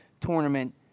tournament